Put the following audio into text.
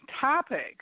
Topic